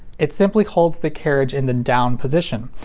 it simply holds the carriage in the down position.